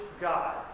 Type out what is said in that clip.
God